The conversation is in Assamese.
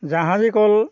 জাহাজী কল